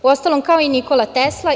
Uostalom, kao i Nikola Tesla.